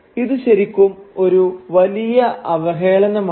ഇത് ശരിക്കും ഒരു വലിയ അവഹേളനമാണ്